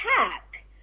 attack